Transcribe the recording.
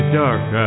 dark